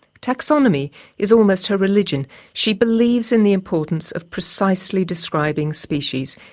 taxonomy is almost her religion she believes in the importance of precisely describing species,